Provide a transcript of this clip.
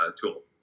tool